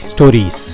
Stories